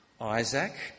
Isaac